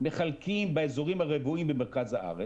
מחלקים באזורים הרוויים במרכז הארץ,